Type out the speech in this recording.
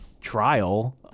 trial